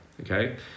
okay